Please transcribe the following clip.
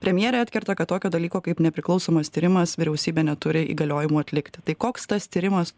premjerė atkerta kad tokio dalyko kaip nepriklausomas tyrimas vyriausybė neturi įgaliojimų atlikti tai koks tas tyrimas